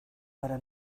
para